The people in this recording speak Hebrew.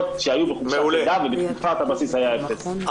שהיו בחופשת לידה ובתקופת הבסיס היה אפס.